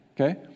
okay